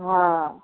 हँ